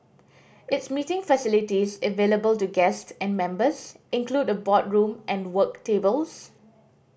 its meeting facilities available to guest and members include a boardroom and work tables